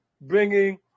bringing